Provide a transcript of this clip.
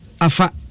afa